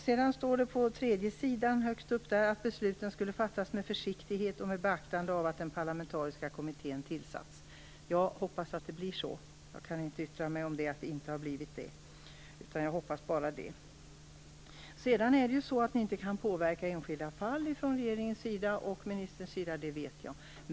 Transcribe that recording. I svaret står det att "besluten skulle fattas med försiktighet och med beaktande av att den parlamentariska kommittén tillsatts". Jag hoppas att det blir så. Jag kan inte yttra mig om att det inte har blivit så, jag bara hoppas. Det är också så att regeringen och ministern inte kan påverka enskilda fall. Det vet jag.